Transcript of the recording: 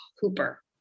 Hooper